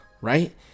right